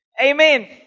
amen